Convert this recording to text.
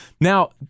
now